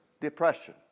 depression